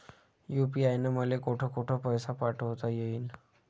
UPI न मले कोठ कोठ पैसे पाठवता येईन?